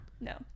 No